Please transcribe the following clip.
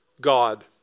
God